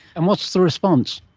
and what's the response?